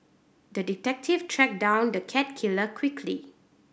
the detective tracked down the cat killer quickly